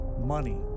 money